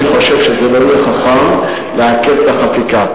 אני חושב שזה לא יהיה חכם לעכב את החקיקה,